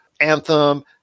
Anthem